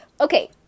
Okay